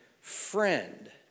friend